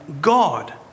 God